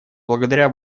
благодаря